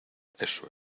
eso